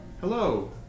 Hello